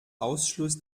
ausschluss